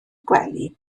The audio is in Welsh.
gwely